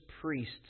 priests